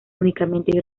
únicamente